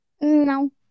No